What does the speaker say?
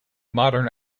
modern